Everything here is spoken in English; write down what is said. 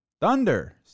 Thunder